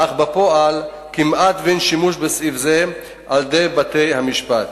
אך בפועל כמעט אין שימוש בסעיף זה על-ידי בתי-המשפט.